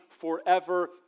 forever